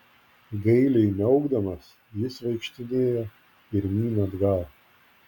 gailiai miaukdamas jis vaikštinėjo pirmyn atgal